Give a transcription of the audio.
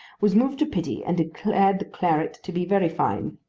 was moved to pity and declared the claret to be very fine.